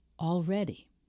already